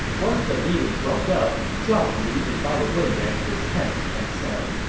once the meeting broke up, zhao yun invited wei yan to his tent and said,